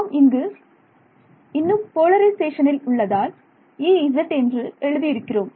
நாம் இங்கு இன்னும் போலரிசேஷனில் உள்ளதால் Ez என்று எழுதி இருக்கிறோம்